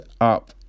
up